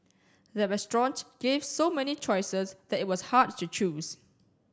the restaurant gave so many choices that it was hard to choose